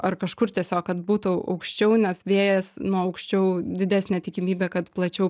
ar kažkur tiesiog kad būtų aukščiau nes vėjas nuo aukščiau didesnė tikimybė kad plačiau